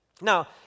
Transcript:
Now